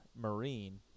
Marine